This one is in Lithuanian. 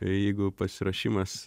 jeigu pasiruošimas